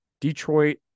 Detroit